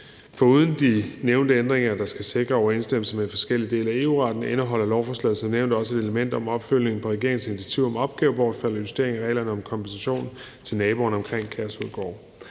Foruden de nævnte ændringer, der skal sikre en overensstemmelse med de forskellige dele af EU-retten, indeholder lovforslaget som nævnt også et element om en opfølgning på regeringens initiativ om opgavebortfald og en justering af reglerne om kompensation til naboerne omkring Kærshovedgård.